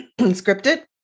scripted